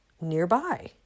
nearby